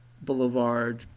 Boulevard